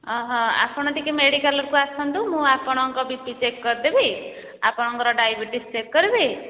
ଅ ହ ଆପଣ ଟିକିଏ ମେଡ଼ିକାଲ୍କୁ ଆସନ୍ତୁ ମୁଁ ଆପଣଙ୍କ ବି ପି ଚେକ୍ କରିଦେବି ଆପଣଙ୍କର ଡାଇବେଟିସ୍ ଚେକ୍ କରିବି